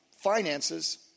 finances